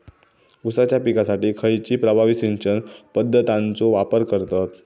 ऊसाच्या पिकासाठी खैयची प्रभावी सिंचन पद्धताचो वापर करतत?